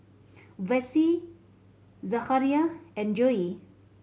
Vessie Zachariah and Joey